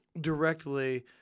directly